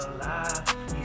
alive